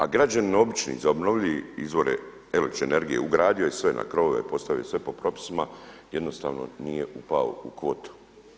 A građanin obični za obnovljive izvore električne energije ugradio je sve na krovove, postavio je sve po propisima jednostavno nije upao u kvotu.